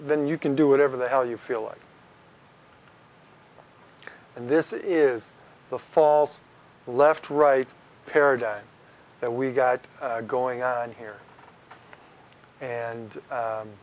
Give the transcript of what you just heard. then you can do whatever the hell you feel like and this is the false left right paradigm that we've got going on here and